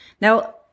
Now